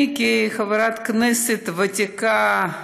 אני, כחברת כנסת ותיקה,